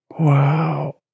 Wow